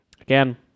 again